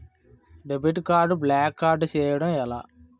Debit card block చేయటం ఎలా?